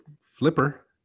flipper